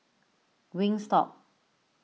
Wingstop